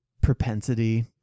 propensity